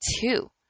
Two